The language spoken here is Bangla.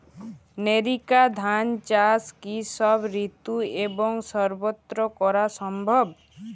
নেরিকা ধান চাষ কি সব ঋতু এবং সবত্র করা সম্ভব?